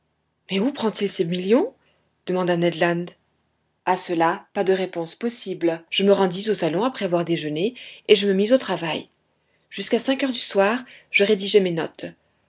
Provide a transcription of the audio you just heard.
mais où prend-il ces millions demanda ned land a cela pas de réponse possible je me rendis au salon après avoir déjeuné et je me mis au travail jusqu'à cinq heures du soir je rédigeai mes notes